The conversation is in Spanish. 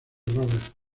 roberts